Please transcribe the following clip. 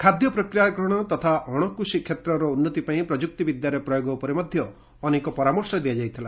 ଖାଦ୍ୟ ପ୍ରକ୍ରିୟାକରଣ ତଥା ଅଣ କୃଷି କ୍ଷେତ୍ରର ଉନ୍ନତି ପାଇଁ ପ୍ରଯୁକ୍ତିବିଦ୍ୟାର ପ୍ରୟୋଗ ଉପରେ ମଧ୍ୟ ଅନେକ ପରାମର୍ଶ ଦିଆଯାଇଥିଲା